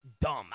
dumb